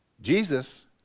Jesus